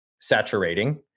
saturating